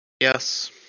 Yes